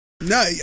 no